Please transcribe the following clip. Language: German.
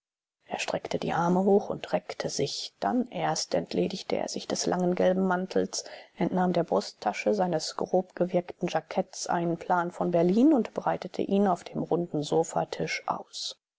er streckte die arme hoch und reckte sich dann erst entledigte er sich des langen gelben mantels entnahm der brusttasche seines grobgewirkten jacketts einen plan von berlin und breitete ihn auf dem runden sofatisch aus